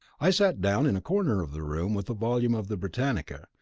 i sat down in a corner of the room with a volume of the britannica.